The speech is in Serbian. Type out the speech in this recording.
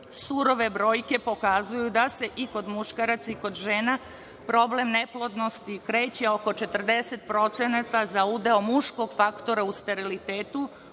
Surove brojke pokazuju da se i kod muškaraca i kod žena problem neplodnosti kreće oko 40% za udeo muškog faktora u sterilitetu,